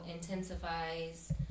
intensifies